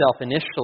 initially